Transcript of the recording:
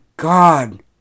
God